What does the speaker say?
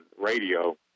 radio